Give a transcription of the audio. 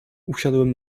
usiadłem